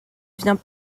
vient